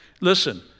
Listen